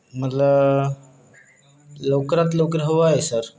मला लवकरात लवकर हवं आहे सर